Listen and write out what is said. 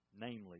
Namely